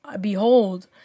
behold